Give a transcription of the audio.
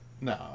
No